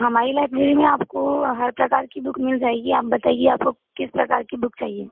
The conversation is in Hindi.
हमारी लाइब्रेरी में आपको हर प्रकार की बूक मिल जाएगी आप बताइए आपको किस प्रकार की बूक चाहिए